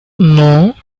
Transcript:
non